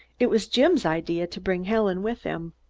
it was jim's idea to bring helen with him.